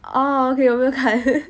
oh okay 我没有看